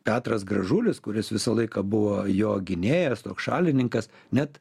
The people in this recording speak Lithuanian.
petras gražulis kuris visą laiką buvo jo gynėjas toks šalininkas net